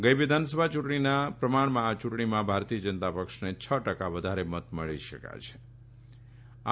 ગત વિધાનસભા ચૂંટણીના પ્રમાણમાં આ ચૂંટણીમાં ભારતીય જનતા પક્ષ છ ટકા વધારે મત મેળવી શક્યો છે